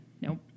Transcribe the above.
Nope